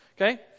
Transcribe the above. okay